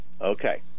Okay